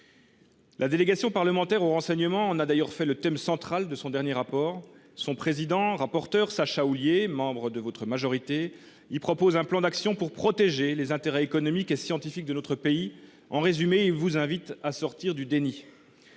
La délégation parlementaire au renseignement en a d’ailleurs fait le thème central de son dernier rapport. Son président, Sacha Houlié, membre de votre majorité, madame la Première ministre, y propose un plan d’action pour protéger les intérêts économiques et scientifiques de notre pays. En résumé, il vous invite à sortir du déni.